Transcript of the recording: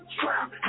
trap